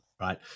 right